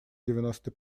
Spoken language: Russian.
девяносто